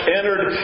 entered